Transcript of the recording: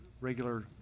regular